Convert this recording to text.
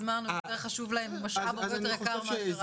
הזמן יותר חשוב להם ממשאב הרבה יותר יקר מהחנייה.